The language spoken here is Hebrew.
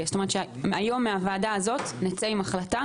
זאת אומרת שהיום מהוועדה הזאת נצא עם החלטה